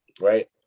right